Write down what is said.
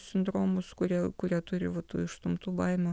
sindromus kurie kurie turi vat tų išstumtų baimių